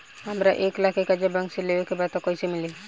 हमरा एक लाख के कर्जा बैंक से लेवे के बा त कईसे मिली?